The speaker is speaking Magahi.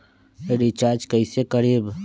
रिचाज कैसे करीब?